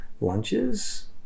lunches